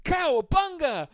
Cowabunga